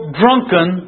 drunken